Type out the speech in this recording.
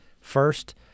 first